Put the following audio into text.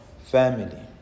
family